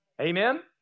Amen